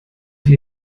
wir